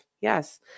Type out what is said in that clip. Yes